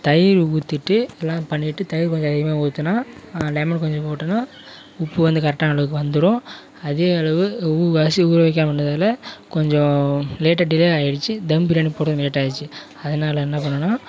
தயிர் ஊற்றிட்டு எல்லாம் பண்ணிவிட்டு தயிர் கொஞ்சம் அதிகமாக ஊற்றினா லெமன் கொஞ்சம் போட்டோன்னால் உப்பு வந்து கரெக்டான அளவுக்கு வந்துவிடும் அதே அளவு அரிசி ஊற வைக்காமல் இருந்ததால் கொஞ்சம் லேட்டாக டிளே ஆகிடுச்சி தம் பிரியாணி போட கொஞ்சேம் லேட்டாகிடுச்சி அதனால் என்ன பண்ணிணேன்னா